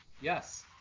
Yes